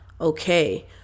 okay